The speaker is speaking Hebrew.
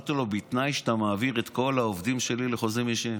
אמרתי לו: בתנאי שאתה מעביר את כל העובדים שלי לחוזים אישיים.